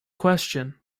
question